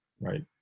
right